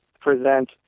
present